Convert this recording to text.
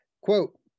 Quote